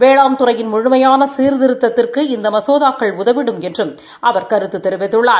வேளாண்துறையின் முழுமையான சீர்திருத்தத்திற்கு இந்த மசோதாக்கள் உதவிடும் என்றும் அவர் கருத்து தெரிவித்துள்ளார்